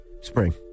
spring